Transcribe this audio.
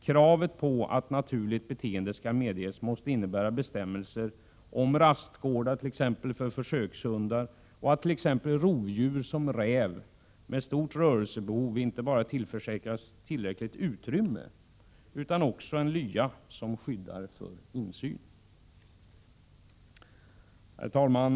Kravet på att naturligt beteende skall medges måste innebära att t.ex. bestämmelser om rastgårdar för försökshundar och att rovdjur som räv, med stort rörelsebehov, inte bara tillförsäkras tillräckligt utrymme utan också en lya som skyddar för insyn. Herr talman!